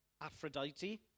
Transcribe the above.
Aphrodite